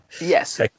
Yes